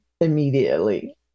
immediately